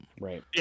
Right